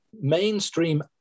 mainstream